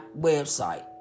website